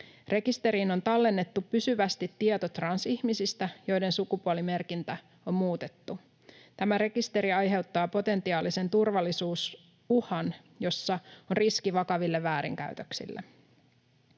Rekisteriin on tallennettu pysyvästi tieto transihmisistä, joiden sukupuolimerkintä on muutettu. Tämä rekisteri aiheuttaa potentiaalisen turvallisuusuhan, jossa on riski vakaville väärinkäytöksille.